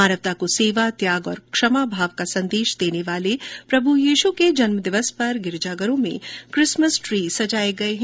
मानवता को सेवा त्याग और क्षमा भाव का संदेश देने वाले प्रभ यीश के जन्म दिवस पर गिरजा घरों में किसमस ट्री सजाये गये है